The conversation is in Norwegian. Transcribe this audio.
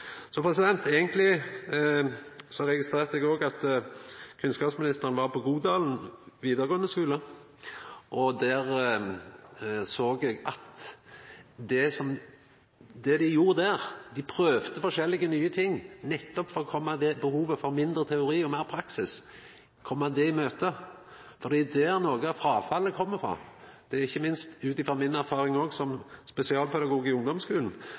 registrerte òg at kunnskapsministeren var på Godalen videregående skole. Det eg såg dei gjorde der, var å prøva forskjellige nye ting, nettopp for å komma i møte behovet for mindre teori og meir praksis – for det er der fråfallet i Noreg kjem frå. Det er ikkje minst òg mi erfaring som spesialpedagog i ungdomsskulen